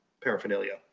paraphernalia